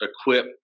equip